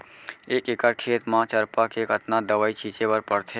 एक एकड़ खेत म चरपा के कतना दवई छिंचे बर पड़थे?